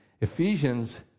Ephesians